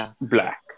black